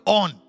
on